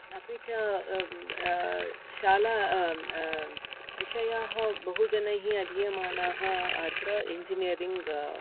अपि च शाला विषयाः बहु जनैः अधीयमानाः अत्र इन्जिनीयरिन्ग्